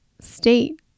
state